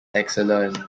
excellent